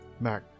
Mac